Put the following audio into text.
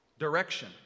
Direction